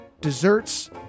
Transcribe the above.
desserts